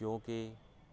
ਜੋ ਕਿ